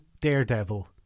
Daredevil